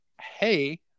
hey